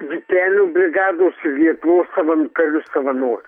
vytenio brigados lietuvos savan karių savanorių